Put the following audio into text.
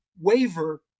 waver